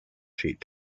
sheet